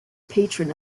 patron